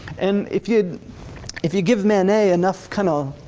and if you if you give manet enough kinda,